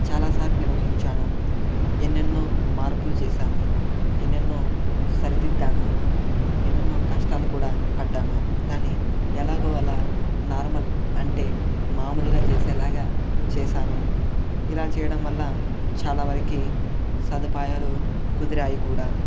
చాలా సార్లు నిర్వహించాను ఎన్నెన్నో మార్పులు చేశాను ఎన్నెన్నో సరిదిద్దాను ఎన్నెన్నో కష్టాలు కూడా పడ్డాను కానీ ఎలాగో అలా నార్మల్ అంటే మామూలుగా చేసేలాగా చేశాను ఇలా చేయడం వల్ల చాలా వరికి సదుపాయాలు కుదిరాయి కూడా